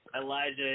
Elijah